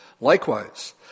Likewise